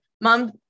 mom